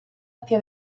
hacia